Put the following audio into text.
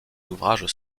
ouvrages